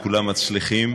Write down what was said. וכולם מצליחים.